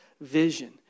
vision